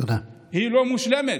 היא לא מושלמת,